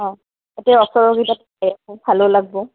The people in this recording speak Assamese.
অঁ এতিয়া ভালো লাগিব